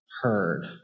heard